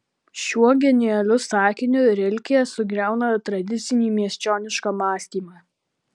šiuo genialiu sakiniu rilke sugriauna tradicinį miesčionišką mąstymą